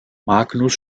magnus